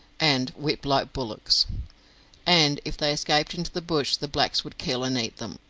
and whipped like bullocks and if they escaped into the bush the blacks would kill and eat them.